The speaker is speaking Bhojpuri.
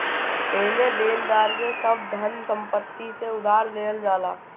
एमे देनदार के सब धन संपत्ति से उधार लेहल जाला